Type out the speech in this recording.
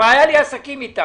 כבר היה לי עסקים אתם.